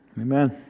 Amen